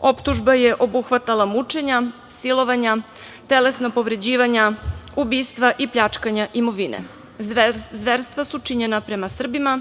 Optužba je obuhvatala mučenja, silovanja, telesna povređivanja, ubistva i pljačkanja imovine. Zverstva su činjena prema Srbima